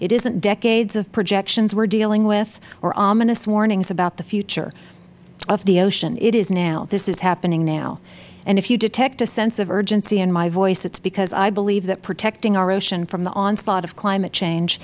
it isn't decades of projections we are dealing with or ominous warnings about the future of the ocean it is now this is happening now and if you detect a sense of urgency in my voice it is because i believe that protecting our ocean from the onslaught of climate change